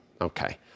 Okay